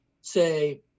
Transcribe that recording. say